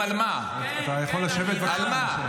על מי הוא מדבר?